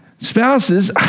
spouses